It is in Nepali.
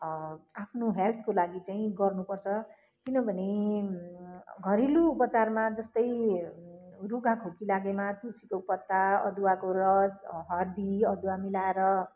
आफ्नो हेल्थको लागि चाहिँ गर्नुपर्छ किनभने घरेलु उपचारमा जस्तै रुगा खोकी लागेमा तुलसीको पत्ता अदुवाको रस हर्दी अदुवा मिलाएर